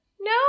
No